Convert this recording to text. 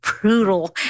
brutal